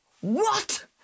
What